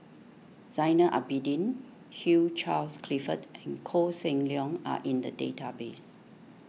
Zainal Abidin Hugh Charles Clifford and Koh Seng Leong are in the database